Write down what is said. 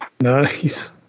Nice